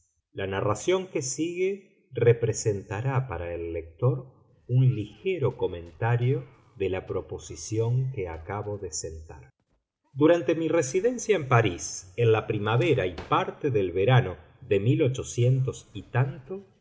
la narración que sigue representará para el lector un ligero comentario de la proposición que acabo de sentar durante mi residencia en parís en la primavera y parte del verano de conocí a